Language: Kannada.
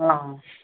ಹಾಂ ಹಾಂ